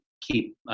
keep